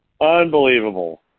Unbelievable